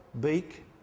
beak